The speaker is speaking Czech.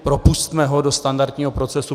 Propusťme ho do standardního procesu.